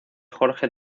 jorge